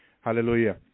Hallelujah